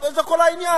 זה כל העניין.